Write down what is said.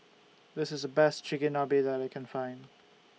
This IS Best Chigenabe that I Can Find